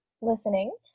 listening